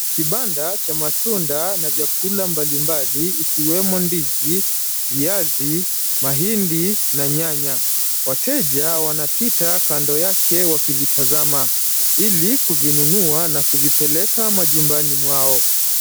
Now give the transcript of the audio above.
Kibanda cha matunda na vyakula mbalimbali ikiwemo ndizi, viazi, mahindi na nyanya. Wateja wanapita kando yake wakivitazama ili kuvinunua na kuvipeleka majumbani mwao.